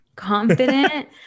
confident